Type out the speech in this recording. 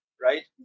right